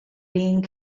being